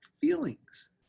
feelings